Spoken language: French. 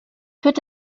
peut